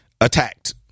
attacked